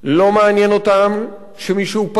לא מעניין אותם שמישהו פליט,